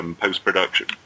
post-production